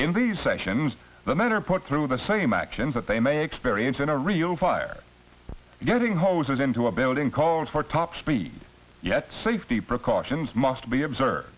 in these sections then are put through the same actions that they may experience in a real fire getting hoses into a building called for top speed yet safety precautions must be observed